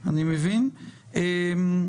עו"ד תומר רוזנר,